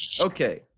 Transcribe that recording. Okay